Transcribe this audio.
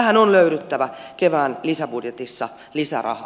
tähän on löydyttävä kevään lisäbudjetissa lisärahaa